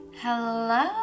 Hello